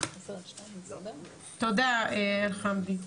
תודה אלחמדי.